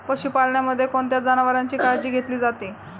पशुपालनामध्ये कोणत्या जनावरांची काळजी घेतली जाते?